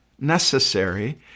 necessary